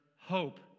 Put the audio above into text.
hope